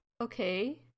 okay